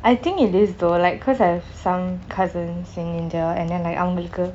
I think it is though like cause I've some cousins in india and then like அவங்களுக்கு:avankalukku